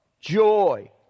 joy